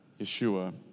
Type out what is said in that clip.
Yeshua